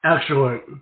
Excellent